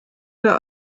der